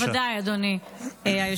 כן, בוודאי, אדוני היושב-ראש.